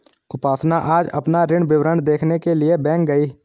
उपासना आज अपना ऋण विवरण देखने के लिए बैंक गई